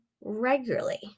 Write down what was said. regularly